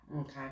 okay